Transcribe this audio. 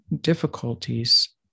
difficulties